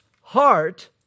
heart